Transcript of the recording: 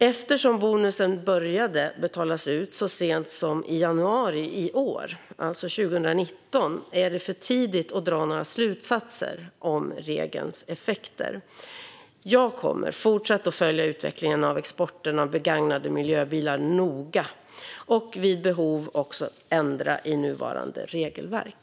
Eftersom bonusen började betalas ut så sent som i januari 2019 är det för tidigt att dra några slutsatser om regelns effekter. Jag kommer fortsatt att följa utvecklingen av exporten av begagnade miljöbilar noga och vid behov ändra i nuvarande regelverk.